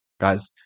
guys